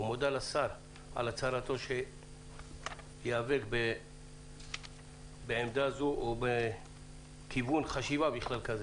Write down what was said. ומודה לשר על הצהרתו שייאבק בעמדה זו ובכיוון חשיבה כזה בכלל.